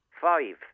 Five